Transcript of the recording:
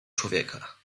człowieka